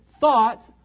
thoughts